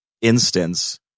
instance